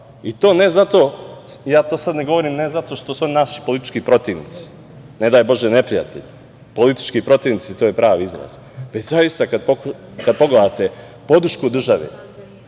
i to ne zato, ja to sad ne govorim ne zato što su oni naši politički protivnici, ne daj bože neprijatelji, politički protivnici je pravi izraz, već zaista kad pogledate podršku države,